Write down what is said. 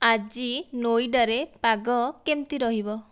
ଆଜି ନୋଇଡ଼ାରେ ପାଗ କେମିତି ରହିବ